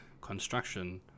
construction